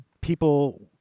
people